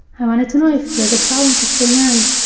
i wanted to know if there is a problem to stay married.